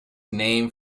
named